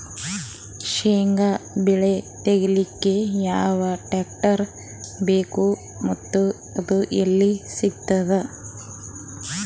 ಶೇಂಗಾ ಬೆಳೆ ತೆಗಿಲಿಕ್ ಯಾವ ಟ್ಟ್ರ್ಯಾಕ್ಟರ್ ಬೇಕು ಮತ್ತ ಅದು ಎಲ್ಲಿ ಸಿಗತದ?